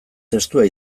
testua